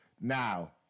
now